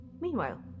Meanwhile